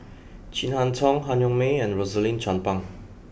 Chin Harn Tong Han Yong May and Rosaline Chan Pang